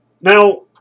Now